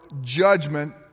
judgment